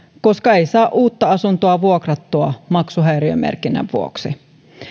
koska ei saa uutta asuntoa vuokrattua maksuhäiriömerkinnän vuoksi